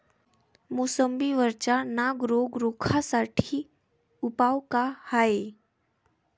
मोसंबी वरचा नाग रोग रोखा साठी उपाव का हाये?